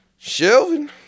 Shelvin